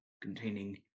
containing